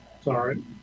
Sorry